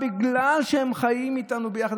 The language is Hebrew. בגלל שהם חיים איתנו ביחד,